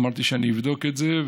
ואמרתי שאני אבדוק את זה.